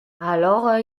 alors